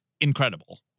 incredible